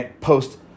post